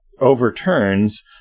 overturns